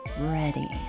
ready